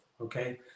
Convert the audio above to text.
Okay